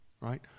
Right